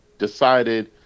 decided